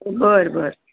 बरं बरं